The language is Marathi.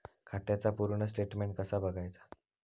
खात्याचा पूर्ण स्टेटमेट कसा बगायचा?